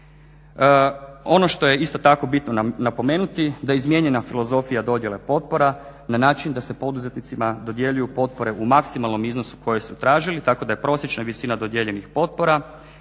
Ono što je isto tako bitno napomenuti da izmijenjena filozofija dodjele potpora na način da se poduzetnicima dodjeljuju potpore u maksimalnom iznosu koje su tražili tako da je prosječna visina dodijeljenih potpora